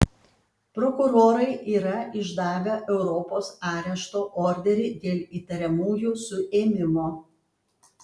prokurorai yra išdavę europos arešto orderį dėl įtariamųjų suėmimo